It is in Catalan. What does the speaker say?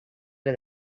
del